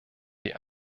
die